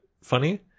funny